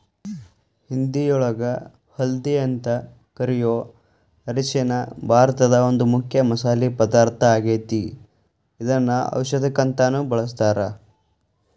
ಹಿಂದಿಯೊಳಗ ಹಲ್ದಿ ಅಂತ ಕರಿಯೋ ಅರಿಶಿನ ಭಾರತದ ಒಂದು ಮುಖ್ಯ ಮಸಾಲಿ ಪದಾರ್ಥ ಆಗೇತಿ, ಇದನ್ನ ಔಷದಕ್ಕಂತಾನು ಬಳಸ್ತಾರ